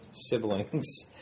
siblings